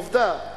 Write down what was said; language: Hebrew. עובדה,